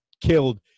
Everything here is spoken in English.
killed